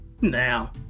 now